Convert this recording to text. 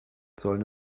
sollen